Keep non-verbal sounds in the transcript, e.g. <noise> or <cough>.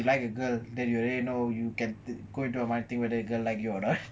like you like a girl that you already know you can go into her mind think whether she like you or not <laughs>